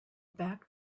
back